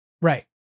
Right